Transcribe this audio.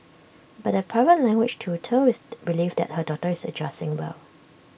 but the private language tutor is relieved that her daughter is adjusting well